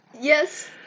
Yes